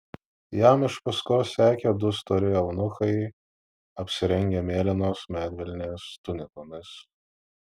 jam iš paskos sekė du stori eunuchai apsirengę mėlynos medvilnės tunikomis